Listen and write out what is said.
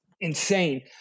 insane